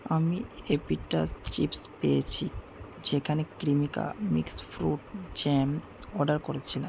আমি আপিটাস চিপ্স পেয়েছি যেখানে Cremica mix fruit jam order করেছিলা